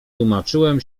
tłumaczyłem